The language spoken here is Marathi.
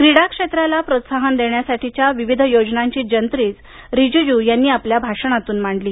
क्रीडा क्षेत्राला प्रोत्साहन देण्यासाठीच्या विविध योजनांची जंत्रीच रीजीजू यांनी आपल्या भाषणातून मांडली